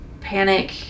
panic